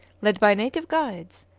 led by native guides,